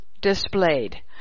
displayed